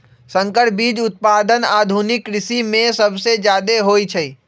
संकर बीज उत्पादन आधुनिक कृषि में सबसे जादे होई छई